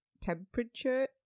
temperature